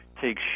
take